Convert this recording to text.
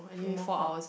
feel more hot